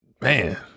Man